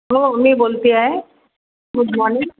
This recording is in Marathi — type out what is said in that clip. हो मी बोलते आहे गुड मॉनिंग